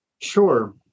Sure